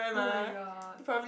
[oh]-my-god